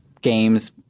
games